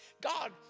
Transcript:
God